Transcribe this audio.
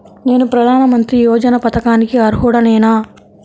నేను ప్రధాని మంత్రి యోజన పథకానికి అర్హుడ నేన?